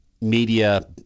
media